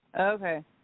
Okay